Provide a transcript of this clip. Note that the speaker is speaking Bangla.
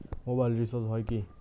মোবাইল রিচার্জ হয় কি?